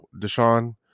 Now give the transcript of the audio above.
Deshaun